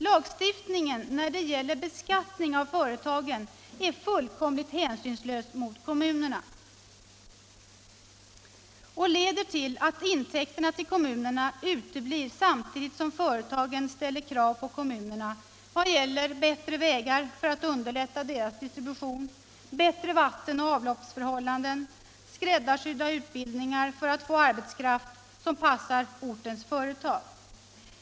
Lagstiftningen när det gäller beskattning av företagen är fullkomligt hänsynslös mot kommunerna och leder till att intäkterna till kommunerna uteblir samtidigt som företagen ställer krav på kommunerna vad gäller bättre vägar för att underlätta deras distribution, bättre vattenoch avloppsförhållanden, skräddarsydda utbildningar för att få arbetskraft som passar ortens företag.